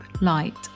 light